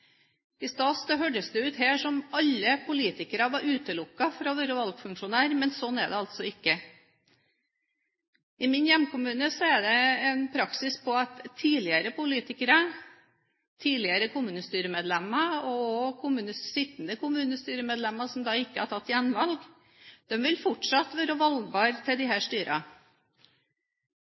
I stad hørtes det ut som om alle politikere var utelukket fra å være valgfunksjonær, men sånn er det altså ikke. I min hjemkommune er det en praksis der tidligere politikere, tidligere kommunestyremedlemmer og sittende kommunestyremedlemmer som ikke har tatt gjenvalg, fortsatt vil være valgbare til